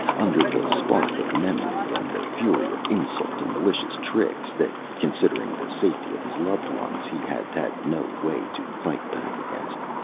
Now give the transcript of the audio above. under the spark of memory and the fury of insult and malicious tricks, that, considering the safety of his loved ones, he had had no way to fight back against.